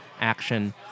action